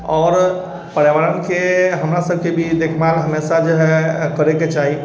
आओर पर्यावरणके हमरा सभके भी देखभाल हमेशा जे हय करैके चाही